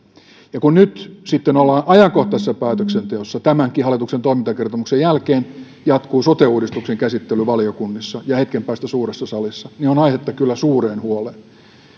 ja kun nyt sitten ollaan ajankohtaisessa päätöksenteossa tämänkin hallituksen toimintakertomuksen jälkeen ja sote uudistuksen käsittely jatkuu valiokunnissa ja hetken päästä suuressa salissa niin on kyllä aihetta suureen huoleen